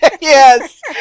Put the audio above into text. Yes